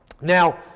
Now